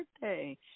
birthday